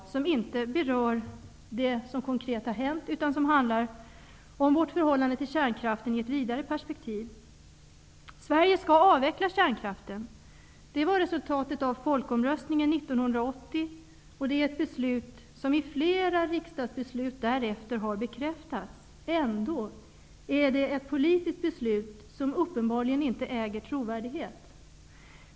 De berör inte det som har hänt konkret, utan de handlar om vårt förhållande till kärnkraften i ett vidare perspektiv. Sverige skall avveckla kärnkraften. Det var resultatet av folkomröstningen 1980, och det har bekräftats i flera riksdagsbeslut därefter. Ändå är det ett politiskt beslut som uppenbarligen inte äger trovärdighet.